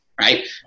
Right